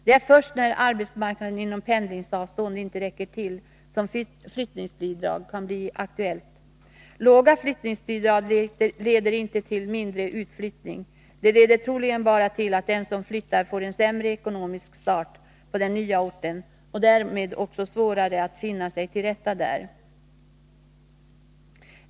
Det är först när arbetsmarknaden inom pendlingsavstånd inte räcker till som flyttningsbidrag kan bli aktuellt. Låga flyttningsbidrag leder inte till mindre utflyttning. De leder troligen bara till att den som flyttar får en sämre ekonomisk start på den nya orten och därmed också svårare att finna sig till rätta där.